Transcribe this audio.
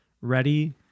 ready